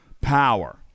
power